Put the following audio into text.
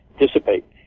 dissipate